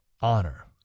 honor